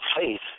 Faith